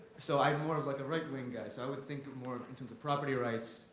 so i'm more of like right wing guy. so i would think more in terms of property rights,